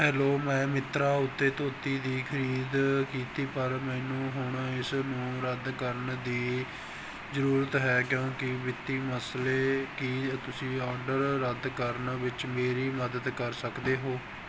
hello ਮੈਂ ਮਿੰਤਰਾ ਉੱਤੇ ਧੋਤੀ ਦੀ ਖਰੀਦ ਕੀਤੀ ਪਰ ਮੈਨੂੰ ਹੁਣ ਇਸ ਨੂੰ ਰੱਦ ਕਰਨ ਦੀ ਜ਼ਰੂਰਤ ਹੈ ਕਿਉਂਕਿ ਵਿੱਤੀ ਮਸਲੇ ਕੀ ਤੁਸੀਂ ਆਰਡਰ ਰੱਦ ਕਰਨ ਵਿੱਚ ਮੇਰੀ ਮਦਦ ਕਰ ਸਕਦੇ ਹੋ